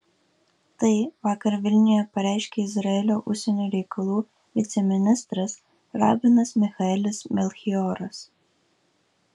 tai vakar vilniuje pareiškė izraelio užsienio reikalų viceministras rabinas michaelis melchioras